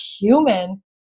human